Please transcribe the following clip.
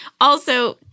Also-